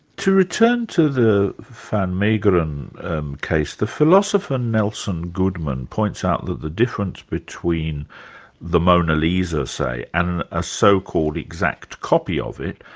to return to the van meegeren case, the philosopher nelson goodman points out that the difference between the mona lisa say, and a so-called exact copy of it,